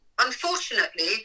unfortunately